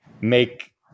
make